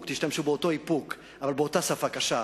ותשתמשו באותו איפוק, אבל באותה שפה קשה,